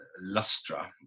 Lustra